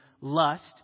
lust